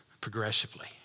progressively